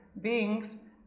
beings